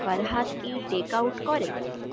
ফরহাদ কি টেকআউট করে